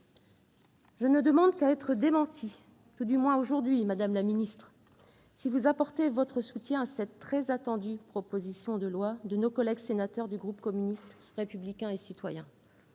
Je ne demande qu'à être démentie, tout du moins aujourd'hui, madame la secrétaire d'État, en vous voyant apporter votre soutien à cette très attendue proposition de loi de nos collègues du groupe communiste républicain citoyen